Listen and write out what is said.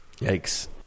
Yikes